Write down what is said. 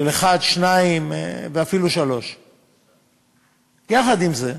1, 2 ואפילו 3. יחד עם זה,